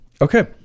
okay